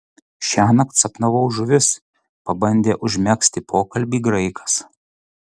šiąnakt sapnavau žuvis pabandė užmegzti pokalbį graikas